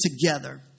together